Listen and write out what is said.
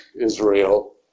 Israel